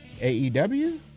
AEW